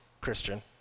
Christian